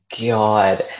God